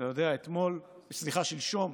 אתה יודע, אתמול, סליחה, שלשום,